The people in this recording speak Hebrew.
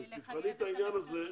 תבחני את העניין הזה.